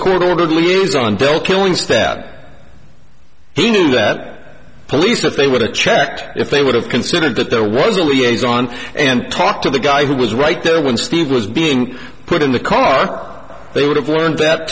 court ordered liaison del killing stab he knew that police if they would have checked if they would have considered that there was a liaison and talk to the guy who was right there when steve was being put in the car they would have learned that